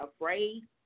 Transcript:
afraid